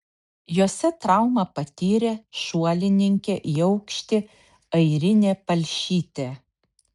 jose traumą patyrė šuolininkė į aukštį airinė palšytė